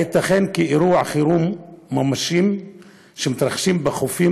הייתכן כי אירועי חירום ממשיים שמתרחשים בחופים